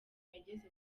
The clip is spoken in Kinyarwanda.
yageze